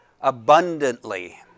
abundantly